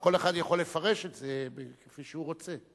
כל אחד יכול לפרש את זה כפי שהוא רוצה.